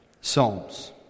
psalms